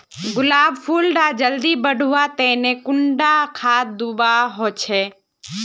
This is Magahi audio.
गुलाब फुल डा जल्दी बढ़वा तने कुंडा खाद दूवा होछै?